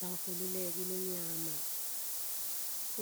Tokuolo le gunoniea mang